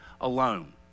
alone